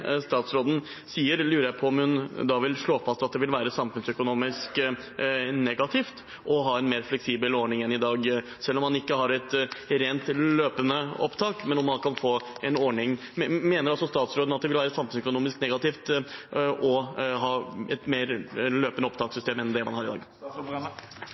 statsråden sier, lurer jeg på om hun vil slå fast eller mene at det vil være samfunnsøkonomisk negativt å ha en mer fleksibel ordning enn i dag, et mer løpende opptakssystem enn det man har i dag? Jeg tror jeg skal la være å svare på spørsmål om hva som er samfunnsøkonomisk